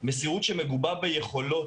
מסירות שמגובה ביכולות,